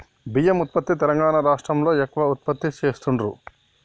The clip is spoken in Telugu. బియ్యం ఉత్పత్తి తెలంగాణా రాష్ట్రం లో ఎక్కువ ఉత్పత్తి చెస్తాండ్లు